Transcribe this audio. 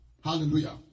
Hallelujah